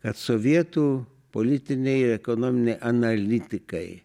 kad sovietų politiniai ir ekonominiai analitikai